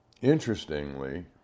interestingly